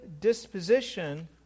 disposition